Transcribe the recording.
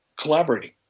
collaborating